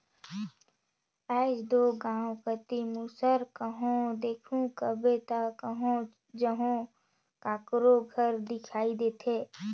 आएज दो गाँव कती मूसर कहो देखहू कहबे ता कहो जहो काकरो घर दिखई देथे